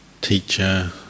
teacher